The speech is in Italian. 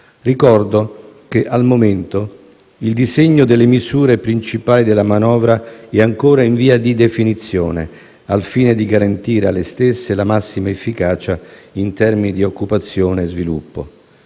Ricordo che, al momento, il disegno delle misure principali della manovra è ancora in via di definizione, al fine di garantire alle stesse la massima efficacia in termini di occupazione e sviluppo.